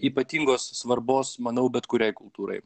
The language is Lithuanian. ypatingos svarbos manau bet kuriai kultūrai